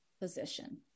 position